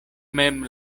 mem